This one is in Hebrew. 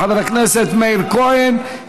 של חבר הכנסת מאיר כהן.